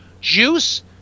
Juice